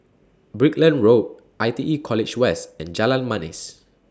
Brickland Road I T E College West and Jalan Manis